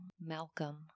Malcolm